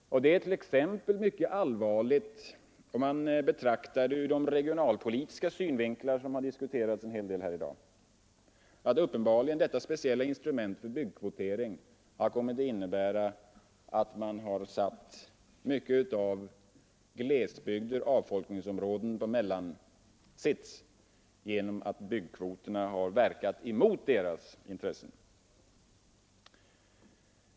Det är t.ex. mycket allvarligt om man betraktar det ur de regionalpolitiska synvinklar som har diskuterats här i dag, att uppenbarligen detta speciella instrument, byggkvotering, kommit att innebära att man placerat mycket av glesbygden och avfolkningsområden på mellansits genom att byggkvoterna verkat mot deras intressen.